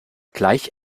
gleich